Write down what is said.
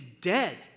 dead